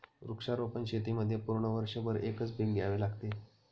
वृक्षारोपण शेतीमध्ये पूर्ण वर्षभर एकच पीक घ्यावे लागते